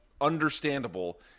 understandable